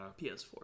PS4